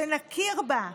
שנכיר בה,